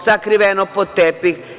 Sakriveno pod tepih.